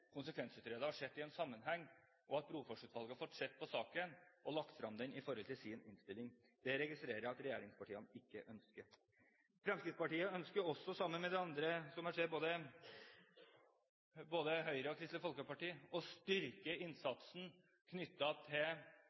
i en sammenheng, og latt Brofoss-utvalget se på saken og lagt det frem i sin innstilling. Det registrerer jeg at regjeringspartiene ikke ønsker. Fremskrittspartiet ønsker også, sammen med både Høyre og Kristelig Folkeparti, å styrke innsatsen knyttet til